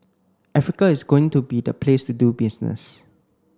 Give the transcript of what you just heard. Africa is going to be the place to do business